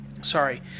Sorry